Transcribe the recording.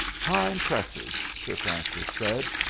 time presses, sir francis said.